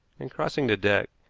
and, crossing the deck,